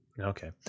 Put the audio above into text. Okay